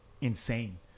insane